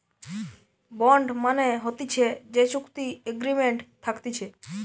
bond মানে হতিছে যে চুক্তি এগ্রিমেন্ট থাকতিছে